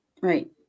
Right